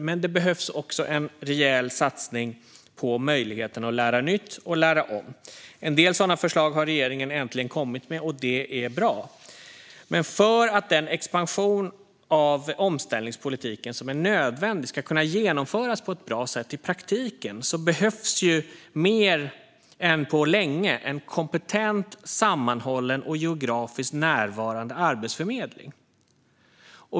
Men det behövs också en rejäl satsning på möjligheten att lära nytt och lära om. En del sådana förslag har regeringen äntligen kommit med, och det är bra, men för att den expansion av omställningspolitiken som är nödvändig ska kunna genomföras på ett bra sätt i praktiken behövs mer än på länge en kompetent, sammanhållen och geografiskt närvarande arbetsförmedling.